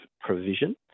provision